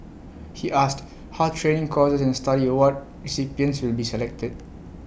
he asked how training courses and study award recipients will be selected